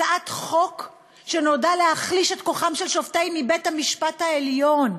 הצעת חוק שנועדה להחליש את שופטי בית-המשפט העליון,